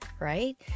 right